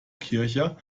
kircher